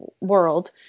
world